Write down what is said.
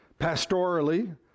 pastorally